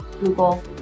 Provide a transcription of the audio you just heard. Google